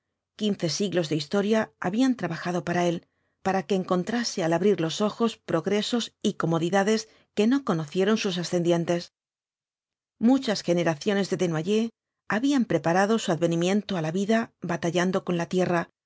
quince siglos de historia habían trabajado para él para que encontrase al abrir los ojos progresos y comodidades que no conocieron sus ascendientes muchas generaciones de desnoyers habían preparado su advenimiento á la vida batallando con la tierra